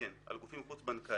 כן, על גופים חוץ-בנקאיים.